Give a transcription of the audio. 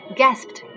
gasped